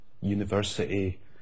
university